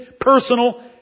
personal